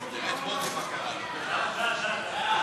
חוק הפיקוח על יצוא ביטחוני (תיקון),